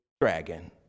dragon